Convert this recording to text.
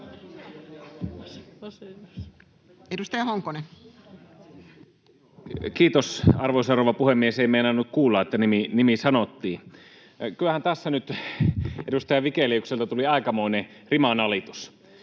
16:53 Content: Kiitos, arvoisa rouva puhemies! En meinannut kuulla, että nimi sanottiin. — Kyllähän tässä nyt edustaja Vigeliukselta tuli aikamoinen rimanalitus.